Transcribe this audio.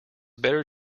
better